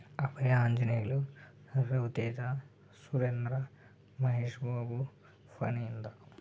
Abhaya Anjaneyulu Raviteja Surendra Mahesh Babu Phanindar